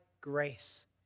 grace